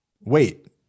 Wait